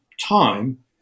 time